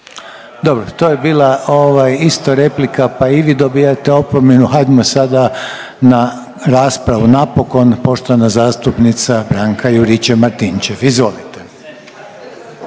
Dobro. To je bila ovaj isto replika pa vi dobijate opomenu. Hajd'mo sada na raspravu napokon, poštovana zastupnica Branka Juričev-Martinčev. Izvolite.